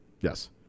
Yes